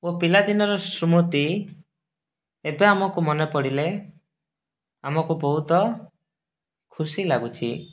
ଓ ପିଲାଦିନର ସ୍ମୃତି ଏବେ ଆମକୁ ମନେ ପଡ଼ିଲେ ଆମକୁ ବହୁତ ଖୁସି ଲାଗୁଛି